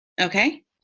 Okay